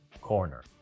corner